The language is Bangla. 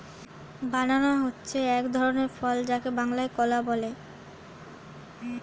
ব্যানানা হচ্ছে এক ধরনের ফল যাকে বাংলায় কলা বলে